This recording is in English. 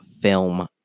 film